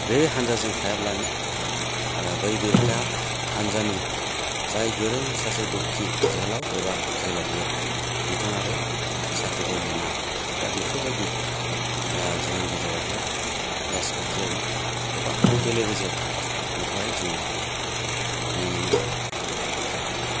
बे हान्जाजों थायाब्लानो बै बेरेखा हान्जानि जाय गोरों सासे बेखथि जोहोलाव एबा जोहोलावजो बिथाङाबो साख्रिखौ मोना दा बेफोरबादि जोंनि गेजेरावहाय राजखान्थियारि गोबां बेले बेजे बेखौहाय जोङो नुनो मोनो